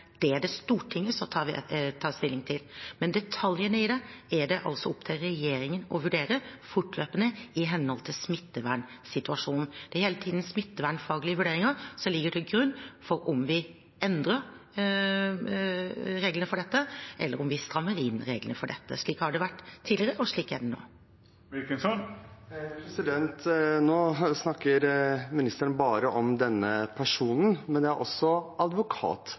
Det er det Stortinget som tar stilling til. Men detaljene i det er det opp til regjeringen å vurdere fortløpende i henhold til smittevernsituasjonen. Det er hele tiden smittevernfaglige vurderinger som ligger til grunn for om vi endrer reglene for dette, eller om vi strammer inn reglene for dette. Slik har det vært tidligere, og slik er det nå. Nå snakker ministeren bare om denne personen, men det er også